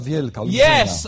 Yes